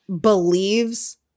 believes